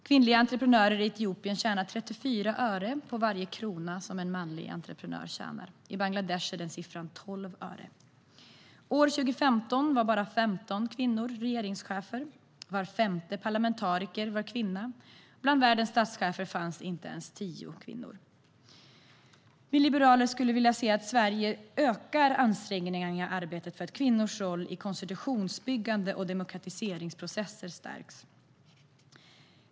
Kvinnliga entreprenörer i Etiopien tjänar 34 öre på varje krona som en manlig entreprenör tjänar, och i Bangladesh är den siffran 12 öre. År 2015 var bara 15 kvinnor regeringschefer. Var femte parlamentariker var kvinna, och bland världens statschefer fanns inte ens tio kvinnor. Vi liberaler skulle vilja se att Sverige ökar ansträngningarna i arbetet för att kvinnors roll i konstitutionsbyggande och demokratiseringsprocesser stärks.